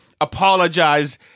Apologize